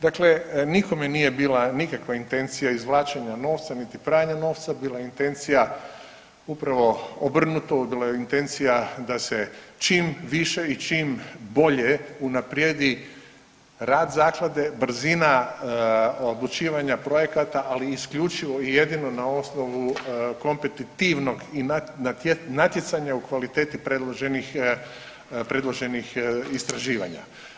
Dakle, nikome nije bila nikakva intencija izvlačenja novca, niti pranja novca bila je intencija upravo obrnuto, bila je intencija da se čim više i čim bolje unaprijedi rad zaklade, brzina odlučivanja projekata ali isključivo i jedino na osnovu kompetitivnog i natjecanja u kvaliteti predloženih, predloženih istraživanja.